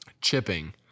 chipping